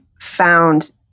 found